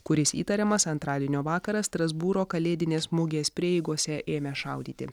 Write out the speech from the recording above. kuris įtariamas antradienio vakarą strasbūro kalėdinės mugės prieigose ėmęs šaudyti